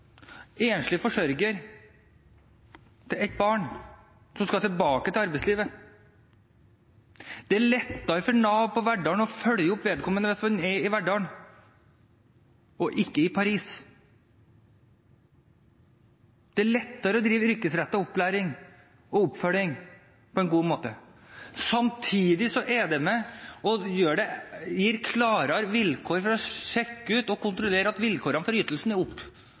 enslig forsørger til ett barn, og som skal tilbake til arbeidslivet. Det er lettere for Nav i Verdal å følge opp vedkommende hvis vedkommende er i Verdal og ikke i Paris. Da er det lettere å drive yrkesrettet opplæring og oppfølging på en god måte. Samtidig gir det klarere vilkår for å sjekke og kontrollere at vilkårene for ytelsen er